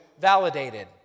validated